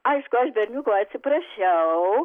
aišku aš berniuko atsiprašiau